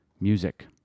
Music